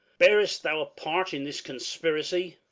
bearest thou a part in this conspiracy?